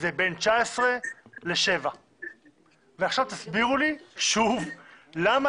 המספר הוא בין 19 ל-7 ועכשיו תסבירו לי שוב למה